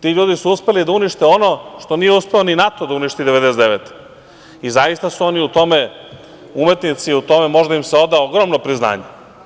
Ti ljudi su uspeli da unište ono što nije uspeo ni NATO da uništi 1999. godine i zaista su oni u tome umetnici, može da im se oda ogromno priznanje.